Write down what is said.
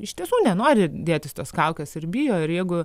iš tiesų nenori dėtis tos kaukės ir bijo ir jeigu